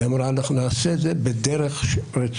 היא אמרה, אנחנו נעשה את זה בדרך רצופה,